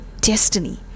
destiny